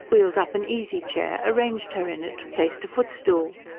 wheeled up an easy chair, arranged her in it, placed a footstool.